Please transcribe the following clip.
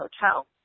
hotel